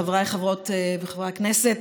חבריי חברות וחברי הכנסת,